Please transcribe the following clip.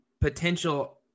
potential